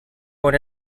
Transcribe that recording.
born